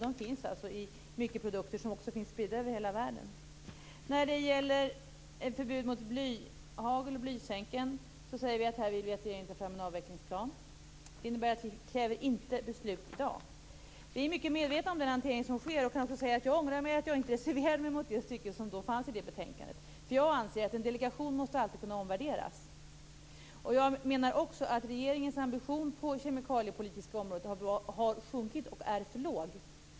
De finns i många produkter över hela världen. När det gäller förbud mot blyhagel och blysänken säger vi att vi vill att regeringen skall ta fram en avvecklingsplan. Det innebär att vi inte kräver beslut i dag. Vi är mycket medvetna om den hantering som sker. Jag ångrar att jag inte reserverade mig mot det stycke som fanns i betänkandet. Jag anser att en delegation alltid måste kunna omvärderas. Jag menar också att regeringens ambition på det kemikaliepolitiska området har sjunkit och är för låg.